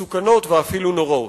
מסוכנות ואפילו נוראות.